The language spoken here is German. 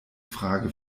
frage